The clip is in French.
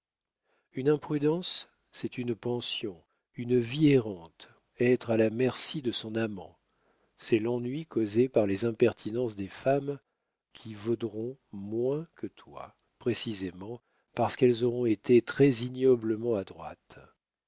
une imprudence c'est une pension une vie errante être à la merci de son amant c'est l'ennui causé par les impertinences des femmes qui vaudront moins que toi précisément parce qu'elles auront été très ignoblement adroites